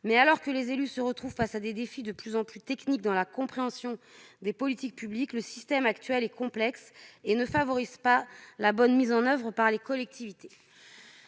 Alors que les élus se retrouvent face à des défis de plus en plus techniques dans la compréhension des politiques publiques, le système actuel est complexe et difficilement mis en oeuvre par les collectivités.